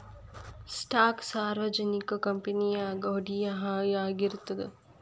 stock ಸಾರ್ವಜನಿಕ ಕಂಪನಿಯಾಗ ಹೂಡಿಕೆಯಾಗಿರ್ತದ